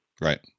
Right